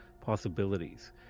possibilities